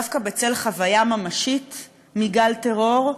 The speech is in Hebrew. דווקא בצל חוויה ממשית מגל טרור.